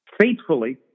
faithfully